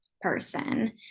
person